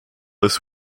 his